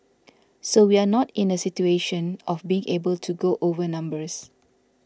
so we are not in the situation of being able to go over numbers